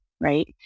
Right